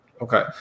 Okay